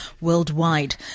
worldwide